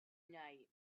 night